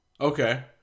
Okay